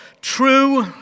true